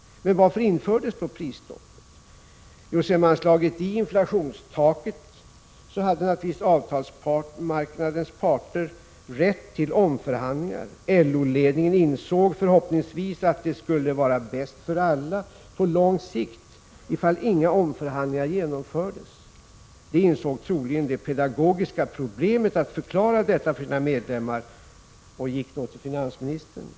Men varför infördes då prisstoppet? Jo, sedan man slagit i inflationstaket hade naturligtvis arbetsmarknadens parter rätt till omförhandlingar. LO-ledningen insåg förhoppningsvis att det skulle vara bäst för alla på lång sikt ifall inga omförhandlingar genomfördes. Den insåg troligen det pedagogiska problemet att förklara detta för sina medlemmar och gick då till finansministern.